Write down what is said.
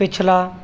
ਪਿਛਲਾ